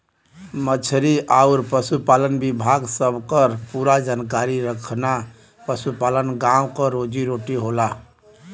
मछरी आउर पसुपालन विभाग सबकर पूरा जानकारी रखना पसुपालन गाँव क रोजी रोटी होला